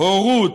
הורות,